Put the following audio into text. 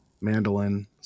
mandolin